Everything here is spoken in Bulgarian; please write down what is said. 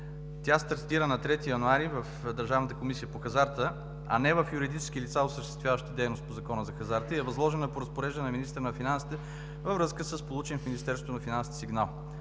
тя стартира на 3 януари 2020 г. в Държавната комисия по хазарта, а не в юридически лица, осъществяващи дейност по Закона за хазарта. Възложена е по разпореждане на министъра на финансите във връзка с получен в Министерството на финансите сигнал.